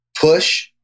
push